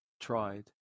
tried